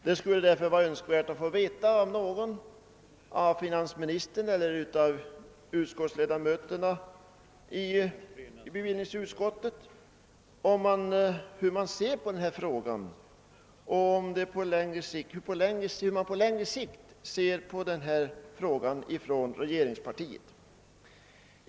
Det skulle därför vara önskvärt att få veta av någon — av finansministern eller av någon av ledamöterna i bevillningsutskottet — hur regeringspartiet på längre sikt ser på denna fråga.